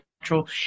natural